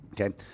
Okay